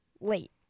late